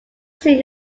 sing